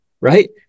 right